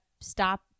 stop